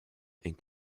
and